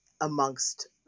amongst